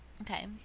okay